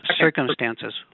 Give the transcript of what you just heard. circumstances